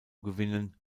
gewinnen